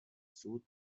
صعود